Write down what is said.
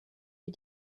wir